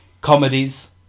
comedies